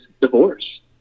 divorce